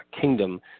kingdom